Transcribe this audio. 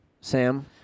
Sam